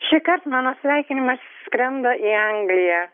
šįkart mano sveikinimas skrenda į angliją